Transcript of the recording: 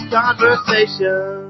conversation